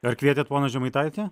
ar kvietėt poną žemaitaitį